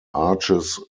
arches